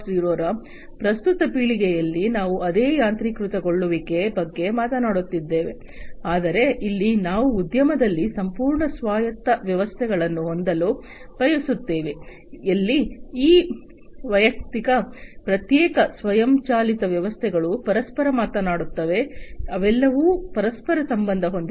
0 ರ ಪ್ರಸ್ತುತ ಪೀಳಿಗೆಯಲ್ಲಿ ನಾವು ಅದೇ ಯಾಂತ್ರೀಕೃತಗೊಳ್ಳುವಿಕೆ ಬಗ್ಗೆ ಮಾತನಾಡುತ್ತಿದ್ದೇವೆ ಆದರೆ ಇಲ್ಲಿ ನಾವು ಉದ್ಯಮದಲ್ಲಿ ಸಂಪೂರ್ಣ ಸ್ವಾಯತ್ತ ವ್ಯವಸ್ಥೆಗಳನ್ನು ಹೊಂದಲು ಬಯಸುತ್ತೇವೆ ಎಲ್ಲಿ ಈ ವೈಯಕ್ತಿಕ ಪ್ರತ್ಯೇಕ ಸ್ವಯಂಚಾಲಿತ ವ್ಯವಸ್ಥೆಗಳು ಪರಸ್ಪರ ಮಾತನಾಡುತ್ತವೆ ಅವೆಲ್ಲವೂ ಪರಸ್ಪರ ಸಂಬಂಧ ಹೊಂದಿವೆ